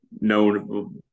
known